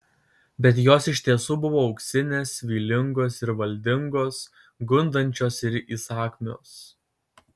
bet jos iš tiesų buvo auksinės vylingos ir valdingos gundančios ir įsakmios